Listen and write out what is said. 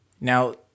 Now